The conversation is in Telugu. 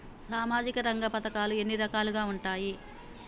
సామాజిక రంగ పథకాలు ఎన్ని రకాలుగా ఉంటాయి?